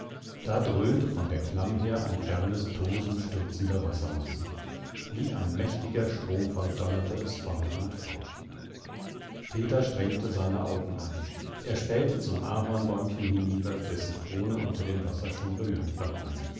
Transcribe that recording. da dröhnte von der klamm her ein fernes tosen stürzender wassermassen wie ein mächtiger stromfall donnerte es fort und fort peter strengte seine augen an er spähte zum ahornbäumchen hinüber dessen krone unter dem wasser schon bemerkbar war